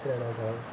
कराड़ा दा बी साग होंदा